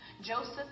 Joseph